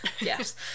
Yes